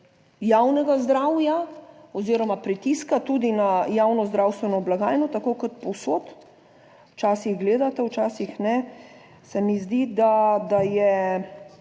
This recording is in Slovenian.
javnega zdravja oziroma pritiska tudi na javno zdravstveno blagajno, tako kot povsod. Včasih gledate, včasih ne. Se mi zdi, da je